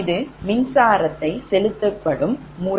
இது மின்சாரத்தை செலுத்தப்படும் முறை